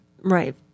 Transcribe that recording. Right